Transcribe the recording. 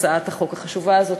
בהצעת החוק החשובה הזאת.